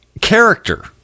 character